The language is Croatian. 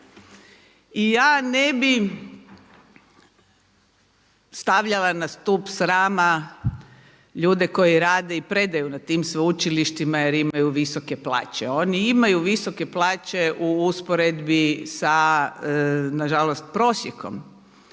I ja ne bih stavljala na stup srama ljude koji rade i predaju na tim sveučilištima jer imaju visoke plaće. Oni imaju visoke plaće u usporedbi sa nažalost prosjekom